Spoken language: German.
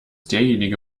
derjenige